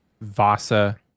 Vasa